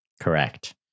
Correct